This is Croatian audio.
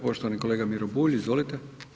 Poštovani kolega Miro Bulj, izvolite.